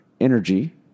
energy